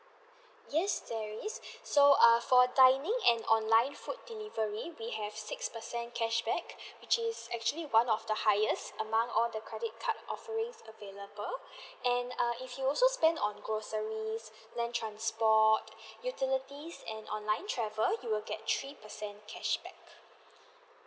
yes there is so err for dining and online food delivery we have six percent cashback which is actually one of the highest among all the credit card offerings available and err if you also spend on groceries land transport utilities and online travel you will get three percent cashback